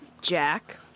Jack